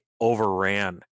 overran